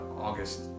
August